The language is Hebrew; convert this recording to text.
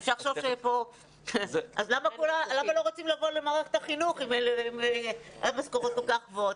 אז למה לא רוצים לבוא למערכת החינוך אם המשכורות כל כך גבוהות?